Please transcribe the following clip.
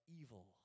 evil